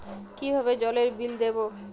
কিভাবে জলের বিল দেবো?